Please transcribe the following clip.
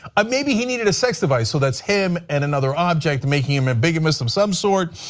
um maybe he needed a sex device, so that's him and another object making him a bigamist of some sort,